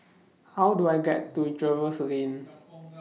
How Do I get to Jervois Lane